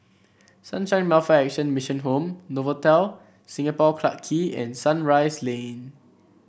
Sunshine Welfare Action Mission Home Novotel Singapore Clarke Quay and Sunrise Lane